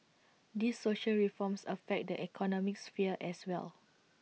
these social reforms affect the economic sphere as well